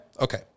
Okay